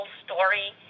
story